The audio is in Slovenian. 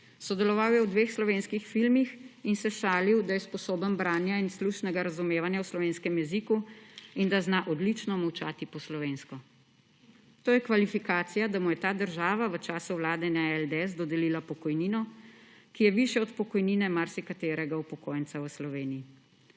Sodeloval je v dveh slovenskih filmih in se šalil, da je sposoben branja in slušnega razumevanja v slovenskem jeziku in da zna odlično molčati po slovensko. To je kvalifikacija, da mu je ta država v času vlade LDS dodelila pokojnino, ki je višja od pokojnine marsikaterega upokojenca v Sloveniji.